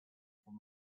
from